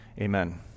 Amen